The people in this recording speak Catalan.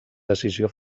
decisió